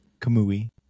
Kamui